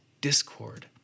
discord